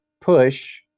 push